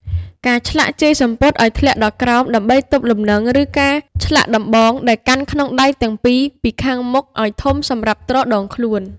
ការឆ្លាក់ជាយសំពត់ឱ្យធ្លាក់ដល់ក្រោមដើម្បីទប់លំនឹង ឬការឆ្លាក់ដំបងដែលកាន់ក្នុងដៃទាំងពីរពីខាងមុខឱ្យធំសម្រាប់ទ្រដងខ្លួន។